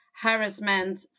harassment